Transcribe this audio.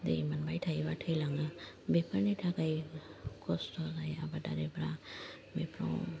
दै मोनबाय थायोब्ला थैलाङो बेफोरनि थाखाय खस्थ' जायो आबादारिफ्रा बेफ्राव